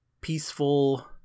peaceful